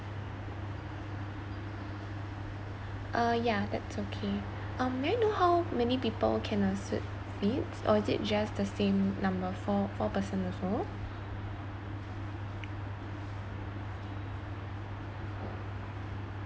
uh yeah that's okay um may I know how many people can a suite fits or is it just the same number for four person also